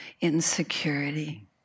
insecurity